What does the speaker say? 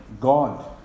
God